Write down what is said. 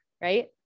right